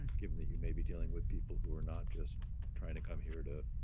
given that you may be dealing with people who are not just trying to come here to